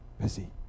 busy